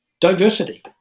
diversity